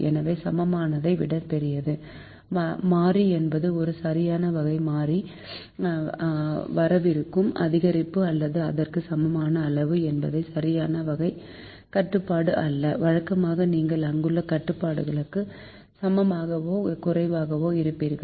எனவே சமமானதை விட பெரியது மாறி என்பது ஒரு சரியான வகை மாறி வரவிருக்கும் அதிகரிப்பு அல்லது அதற்கு சமமான அளவு என்பது சரியான வகை கட்டுப்பாடு அல்ல வழக்கமாக நீங்கள் அங்குள்ள கட்டுப்பாடுகளுக்கு சமமாக குறைவாக இருப்பீர்கள்